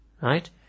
Right